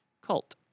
cult